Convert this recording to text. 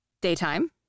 daytime